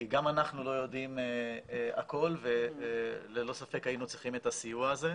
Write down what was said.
כי גם אנחנו לא יודעים הכול וללא ספק היינו צריכים את הסיוע הזה.